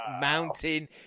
mountain